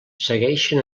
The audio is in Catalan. segueixen